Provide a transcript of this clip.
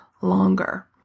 longer